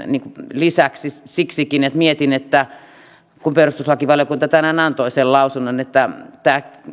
lisäksi mietin sitä kun perustuslakivaliokunta tänään antoi sen lausunnon että tämä